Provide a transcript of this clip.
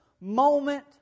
moment